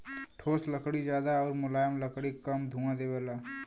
ठोस लकड़ी जादा आउर मुलायम लकड़ी कम धुंआ देवला